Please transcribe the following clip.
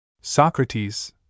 Socrates